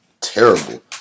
terrible